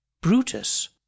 Brutus